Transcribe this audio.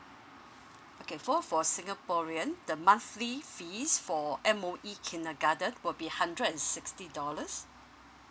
okay for for singaporean the monthly fees for M_O_E kindergarten will be hundred and sixty dollars